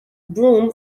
broom